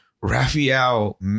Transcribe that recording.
Raphael